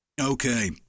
Okay